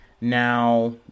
Now